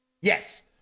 Yes